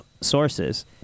sources